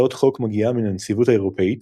הצעת חוק מגיעה מן הנציבות האירופית,